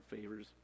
favors